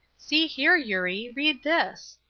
see here, eurie, read this,